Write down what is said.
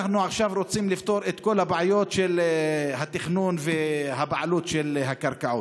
אנחנו עכשיו רוצים לפתור את כל הבעיות של התכנון והבעלות של הקרקעות.